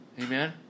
Amen